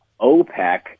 OPEC